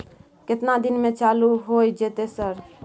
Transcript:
केतना दिन में चालू होय जेतै सर?